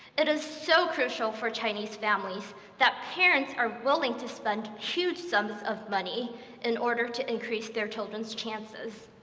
it is so crucial for chinese families that parents are willing to spend huge sums of money in order to increase their children's chances.